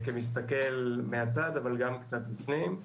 אני מסתכל מהצד אבל גם קצת בפנים.